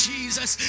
Jesus